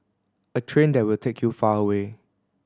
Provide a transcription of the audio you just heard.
a train that will take you far away